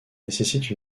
nécessite